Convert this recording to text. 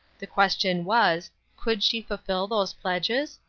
the question was, could she fulfil those pledges?